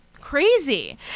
crazy